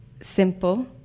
simple